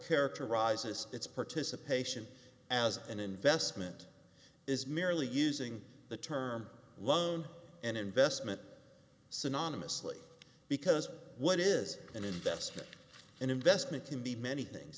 characterizes its participation as an investment is merely using the term loan and investment synonymously because what is an investment an investment can be many things